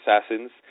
assassins